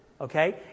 Okay